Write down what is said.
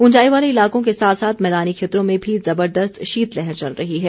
उंचाई वाले इलाकों के साथ साथ मैदानी क्षेत्रों में भी जबरदस्त शीत लहर चल रही है